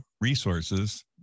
resources